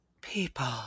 people